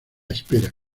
espera